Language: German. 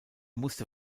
musste